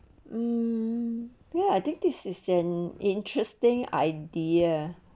um where I think this is an interesting idea